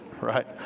Right